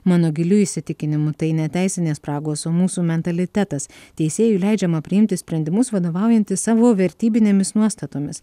mano giliu įsitikinimu tai ne teisinės spragos o mūsų mentalitetas teisėjui leidžiama priimti sprendimus vadovaujantis savo vertybinėmis nuostatomis